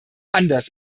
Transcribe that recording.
anders